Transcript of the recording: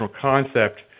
concept